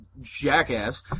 jackass